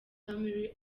family